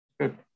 Good